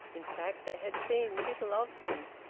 in fact they had seen little of him.